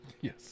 Yes